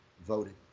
voted